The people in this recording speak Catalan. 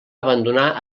abandonar